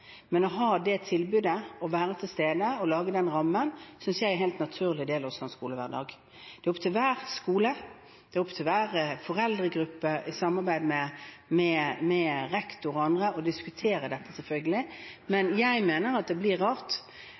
men å gi det tilbudet og være til stede og lage den rammen, synes jeg er en helt naturlig del av en skolehverdag. Det er opp til hver skole, det er opp til hver foreldregruppe i samarbeid med rektor og andre å diskutere dette, selvfølgelig, men jeg mener at det blir rart,